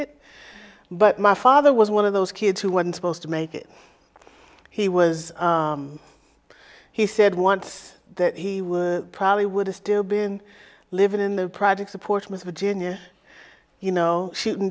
it but my father was one of those kids who wasn't supposed to make it he was he said once that he would probably would have still been living in the projects of portsmouth virginia you know shooting